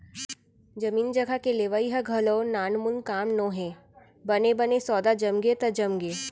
जमीन जघा के लेवई ह घलोक नानमून काम नोहय बने बने सौदा जमगे त जमगे